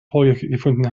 vorgefunden